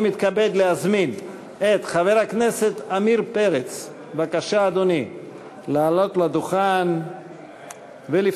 אני מתכבד להזמין את חבר הכנסת עמיר פרץ לעלות לדוכן ולפתוח